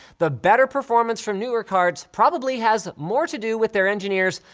the better performance from newer cards probably has more to do with their engineers,